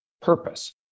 purpose